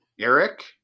Eric